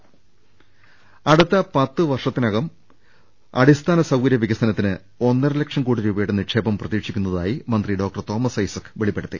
രദ്ദേഷ്ടങ അടുത്ത പത്തുവർഷത്തിനകം അടിസ്ഥാന സൌകർ്യ വികസനത്തിന് ഒന്നരലക്ഷം കോടി രൂപയുടെ നിക്ഷേപം പ്രതീക്ഷിക്കുന്നതായി മന്ത്രി ഡോക്ടർ തോമസ് ഐസക് വെളിപ്പെടുത്തി